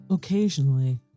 Occasionally